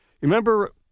Remember